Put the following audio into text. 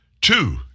Two